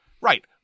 Right